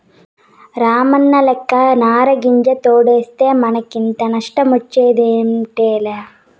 రామన్నలెక్క నారింజ తోటేస్తే మనకింత నష్టమొచ్చుండేదేలా